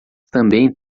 também